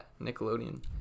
Nickelodeon